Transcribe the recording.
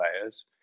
players